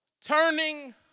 turning